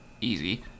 easy